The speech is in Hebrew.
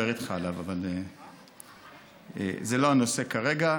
תרצה, נדבר איתך עליו, אבל זה לא הנושא כרגע,